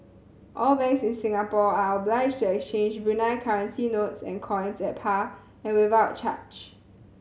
all banks in Singapore are obliged to exchange Brunei currency notes and coins at par and without charge